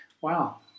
Wow